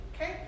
Okay